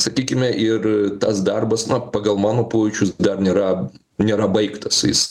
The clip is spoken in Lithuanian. sakykime ir tas darbas pagal mano pojūčius dar nėra nėra baigtas jis